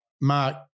Mark